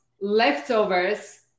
leftovers